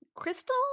Crystal